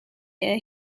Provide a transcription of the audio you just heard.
year